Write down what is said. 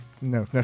No